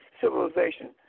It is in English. civilization